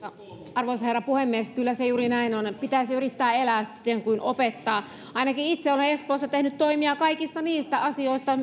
arvoisa herra puhemies kyllä se juuri näin on pitäisi yrittää elää siten kuin opettaa ainakin itse olen espoossa tehnyt toimia kaikista niistä asioista